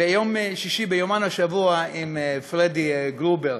ביום שישי ביומן השבוע עם פרדי גרובר.